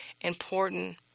important